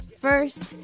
First